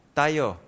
tayo